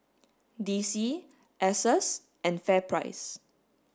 D C Asos and FairPrice